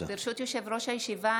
ברשות יושב-ראש הישיבה,